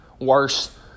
worse